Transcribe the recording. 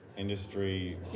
Industry